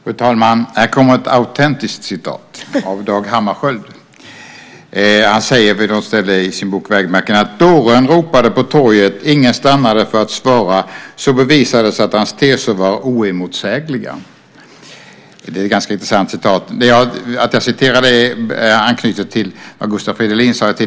Fru talman! Här kommer ett autentiskt citat av Dag Hammarskjöld. Han säger på något ställe i sin bok Vägmärken : Dåren ropade på torget. Ingen stannade för att svara. Så bevisades att hans teser var oemotsägliga. Det är ett ganska intressant citat. Det anknyter till vad Gustav Fridolin sade här tidigare.